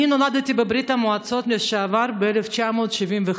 אני נולדתי בברית המועצות לשעבר ב-1975,